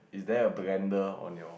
is there a blender on your